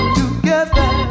together